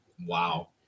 Wow